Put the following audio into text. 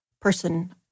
person